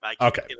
Okay